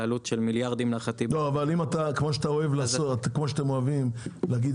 זו עלות של מיליארדים --- אם כמו שאתם אוהבים להגיד: